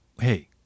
hey